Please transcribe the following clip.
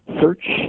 search